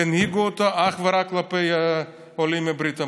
ינהיגו אותה אך ורק כלפי עולים מברית המועצות.